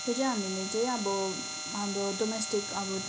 त्यो चाहिँ हामीले चाहिँ अब हाम्रो डोमेस्टिक अब